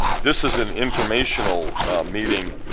this is an informational meeting.